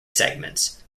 segments